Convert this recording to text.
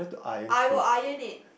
I will iron it